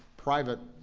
private